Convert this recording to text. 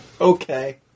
Okay